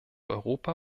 europa